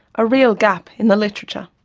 a real gap in the literature.